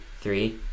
Three